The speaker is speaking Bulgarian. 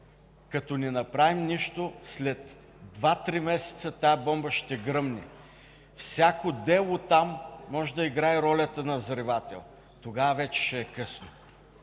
като не направим нищо, след два-три месеца тази бомба ще гръмне. Всяко дело там може да играе ролята на взривател. Тогава вече ще е късно!